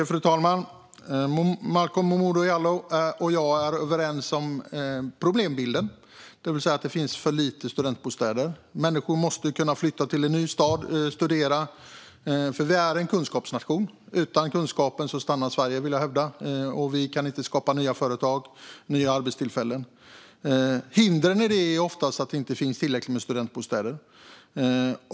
Fru talman! Malcolm Momodou Jallow och jag är överens om problembilden, det vill säga att det finns för få studentbostäder. Människor måste kunna flytta till en ny stad och studera. Vi är en kunskapsnation. Utan kunskapen stannar Sverige, vill jag hävda, och utan kunskap kan vi inte skapa nya företag eller nya arbetstillfällen. Hindren är oftast att det inte finns tillräckligt med studentbostäder.